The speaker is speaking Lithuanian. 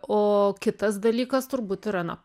o kitas dalykas turbūt yra na